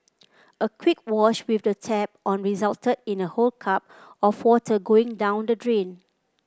a quick wash with the tap on resulted in a whole cup of water going down the drain